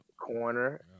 corner